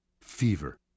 fever